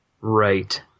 Right